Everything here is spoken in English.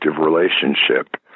relationship